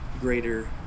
greater